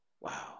Wow